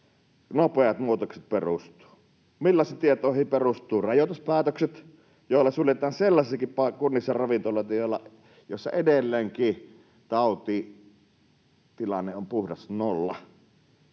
nopeat muutokset perustuvat? Millaisiin tietoihin perustuvat rajoituspäätökset, joilla suljetaan ravintoloita sellaisillakin paikkakunnilla, joissa edelleenkin tautitilanne on puhdas nolla?